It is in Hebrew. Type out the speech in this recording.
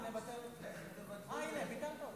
טעיתי.